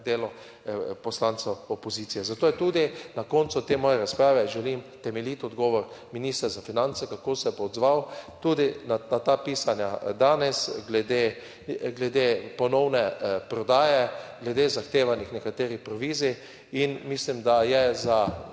delo poslancev opozicije. Zato je tudi na koncu te moje razprave, želim temeljit odgovor ministra za finance, kako se bo odzval tudi na ta pisanja danes glede, glede ponovne prodaje, glede zahtevanih nekaterih provizij in mislim, da je za